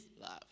love